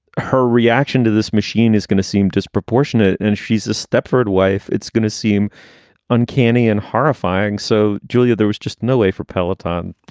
her reaction to this machine is gonna seem disproportionate. and she's a stepford wife. it's gonna seem uncanny and horrifying. so. julia, there was just no way for pellington,